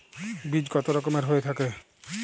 বীজ কত রকমের হয়ে থাকে?